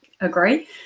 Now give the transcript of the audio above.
agree